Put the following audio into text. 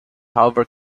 however